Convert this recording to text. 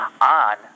on